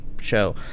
show